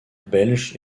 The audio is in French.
belge